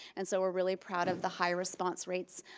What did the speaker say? and so we're really proud of the high response rates,